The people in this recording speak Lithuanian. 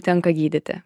tenka gydyti